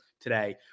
today